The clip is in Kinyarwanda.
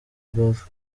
golf